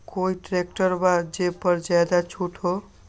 कोइ ट्रैक्टर बा जे पर ज्यादा छूट हो?